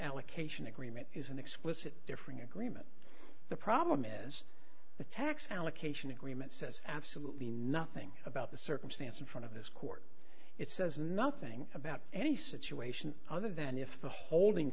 allocation agreement is an explicit differing agreement the problem is the tax allocation agreement says absolutely nothing about the circumstance in front of this court it says nothing about any situation other than if the holding